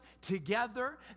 together